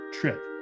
trip